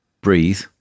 breathe